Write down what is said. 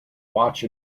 watch